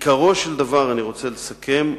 עיקרו של דבר, אני רוצה לסכם: